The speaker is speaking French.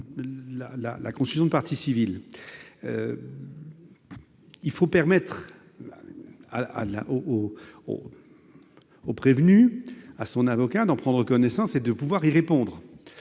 la constitution de partie civile. Il faut permettre au prévenu et à son avocat d'en prendre connaissance et de pouvoir y répondre,